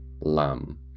lamb